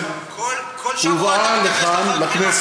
כל שבוע אתה מתייחס לחקירה.